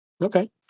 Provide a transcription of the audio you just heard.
Okay